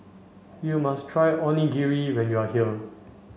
you must try Onigiri when you are here